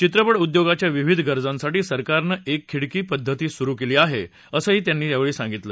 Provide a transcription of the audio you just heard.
चित्रपट उद्योगाच्या विविध गरजांसाठी सरकारनं एकखिडकी पद्धत सुरु केली आहे असं त्यांनी यावेळी सांगितलं